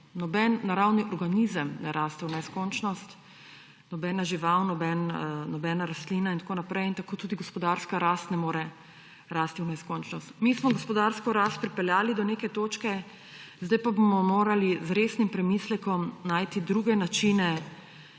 Noben naravni organizem ne raste v neskončnost, nobena žival, nobena rastlina in tako naprej; in tako tudi gospodarska rast ne more rasti v neskončnost. Mi smo gospodarsko rast pripeljali do neke točke, zdaj pa bomo morali z resnim premislekom najti druge načine